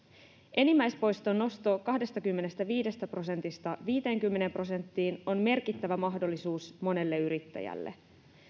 enimmäispoiston nosto kahdestakymmenestäviidestä prosentista viiteenkymmeneen prosenttiin on merkittävä mahdollisuus monelle yrittäjälle